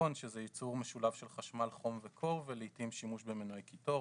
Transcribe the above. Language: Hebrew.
שזה ייצור משולב של חשמל חום וקור ולעיתים שימוש במנועי קיטור.